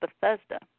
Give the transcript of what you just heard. Bethesda